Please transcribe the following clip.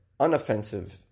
unoffensive